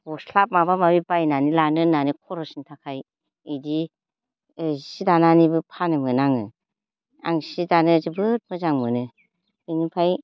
गस्ला माबा माबि बायनानै लानो होन्नानै खरसनि थाखाय बिदि सि दानानैबो फानोमोन आङो आं सि दानो जोबोद मोजां मोनो बेनिफ्राय